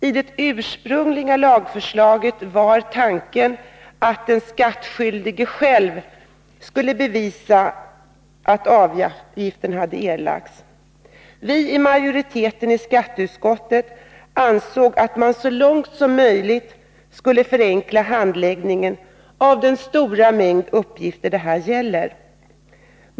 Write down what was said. I det ursprungliga lagförslaget var tanken att den skattskyldige själv skulle bevisa att avgift erlagts. Vi i majoriteten i skatteutskottet ansåg att man så långt som möjligt skulle förenkla handläggningen av den stora mängd uppgifter som det gäller här.